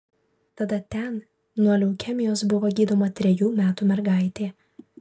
tada ten nuo leukemijos buvo gydoma trejų metų mergaitė